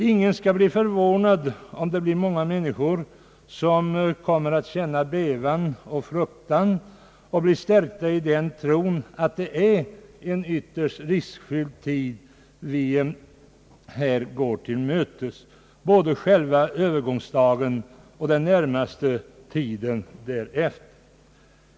Ingen skall bli förvånad om många människor kommer att känna bävan och fruktan samt bli stärkta i tron att vi går en ytterst riskfylld tid till mötes som varar under både själva övergångsdagen och den närmaste tiden därefter.